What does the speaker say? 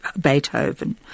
Beethoven